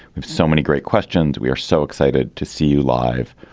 we've so many great questions. we are so excited to see you live.